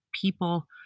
people